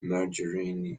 margarine